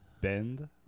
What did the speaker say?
Bend